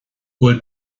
bhfuil